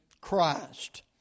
Christ